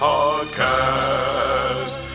Podcast